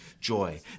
joy